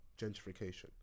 Gentrification